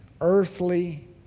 earthly